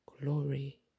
glory